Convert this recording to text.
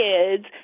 kids